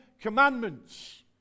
commandments